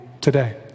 today